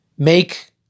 make